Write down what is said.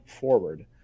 forward